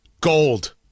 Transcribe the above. Gold